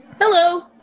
Hello